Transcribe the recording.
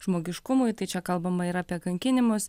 žmogiškumui tai čia kalbama ir apie kankinimus